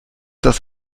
das